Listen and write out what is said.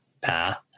path